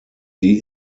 die